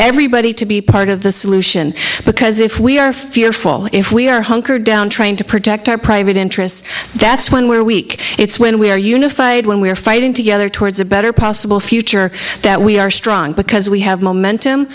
everybody to be part of the solution because if we are fearful if we are hunkered down trying to protect our private interests that's when we're weak it's when we are unified when we're fighting together towards a better possible future that we are strong because we have momentum